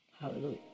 Hallelujah